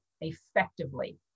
effectively